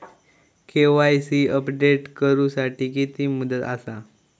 KYC update करू साठी किती मुदत आसा?